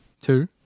two